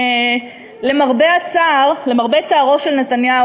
למרבה הצער,